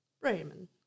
Bremen